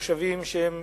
תושבים שהם